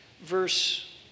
verse